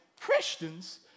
Christians